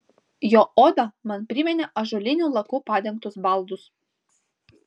jo oda man priminė ąžuoliniu laku padengtus baldus